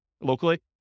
locally